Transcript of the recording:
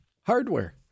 hardware